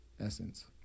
essence